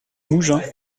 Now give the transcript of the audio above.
mougins